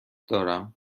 دارم